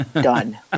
Done